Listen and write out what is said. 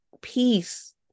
peace